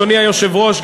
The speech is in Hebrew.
אדוני היושב-ראש,